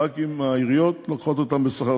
רק אם העיריות לוקחות אותם בשכר.